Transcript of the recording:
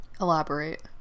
elaborate